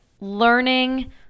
learning